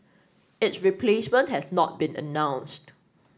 its replacement has not been announced